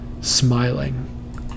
smiling